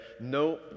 no